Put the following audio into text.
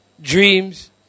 Dreams